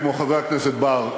כמו חבר הכנסת בר,